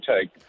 take